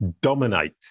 dominate